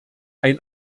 ein